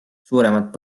suuremat